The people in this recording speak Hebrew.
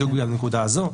בדיוק בגלל הנקודה הזו.